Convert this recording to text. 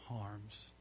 harms